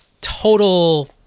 Total